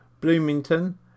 Bloomington